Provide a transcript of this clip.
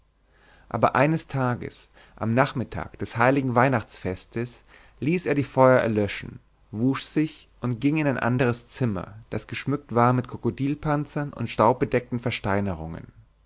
aber eines tages am nachmittag des heiligen weihnachtsfestes ließ er die feuer erlöschen wusch sich und ging in ein anderes zimmer das geschmückt war mit krokodilpanzern und staubbedeckten versteinerungen